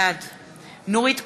בעד נורית קורן,